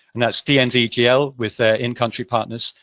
and that's dnv-gl with their in country partners,